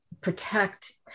protect